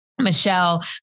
Michelle